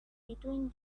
between